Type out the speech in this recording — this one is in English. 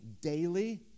daily